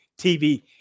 TV